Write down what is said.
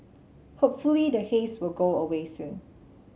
hopefully the haze will go away soon